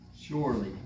Surely